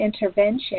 intervention